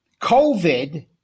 COVID